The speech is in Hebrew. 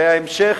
זה ההמשך.